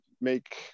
make